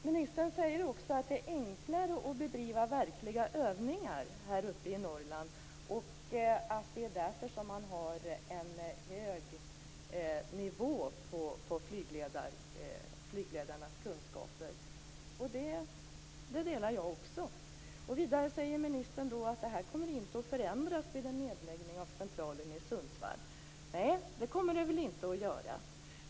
Ministern säger också att det är enklare att bedriva verkliga övningar uppe i Norrland och att det är därför man har en hög nivå på flygledarnas kunskaper. Det håller jag också med om. Vidare säger ministern att det här inte kommer att förändras vid en nedläggning av centralen i Sundsvall. Nej, det kommer det väl inte att göra.